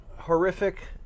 Horrific